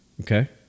Okay